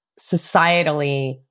societally